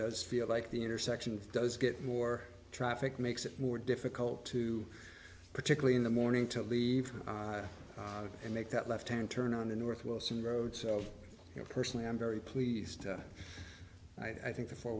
does feel like the intersection does get more traffic makes it more difficult to particularly in the morning to leave and make that left hand turn on the north wilson road so you know personally i'm very pleased i think the four